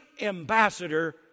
ambassador